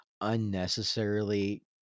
unnecessarily